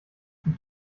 zum